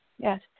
Yes